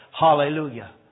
hallelujah